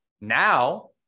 now